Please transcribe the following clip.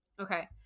Okay